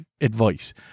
advice